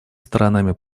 сторонами